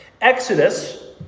Exodus